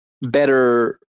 better